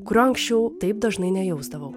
kurio anksčiau taip dažnai nejausdavau